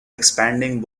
expanding